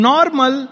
Normal